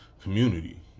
community